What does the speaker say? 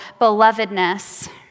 belovedness